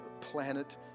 planet